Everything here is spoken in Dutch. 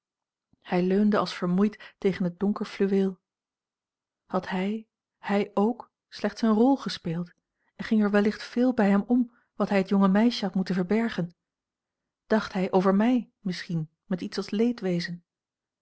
hij leunde als vermoeid tegen het donker fluweel had hij hij ook slechts eene rol gespeeld en ging er wellicht veel bij hem om wat hij het jonge meisje had moeten verbergen dacht hij over mij misschien met iets als